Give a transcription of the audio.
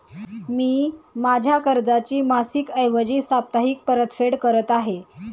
मी माझ्या कर्जाची मासिक ऐवजी साप्ताहिक परतफेड करत आहे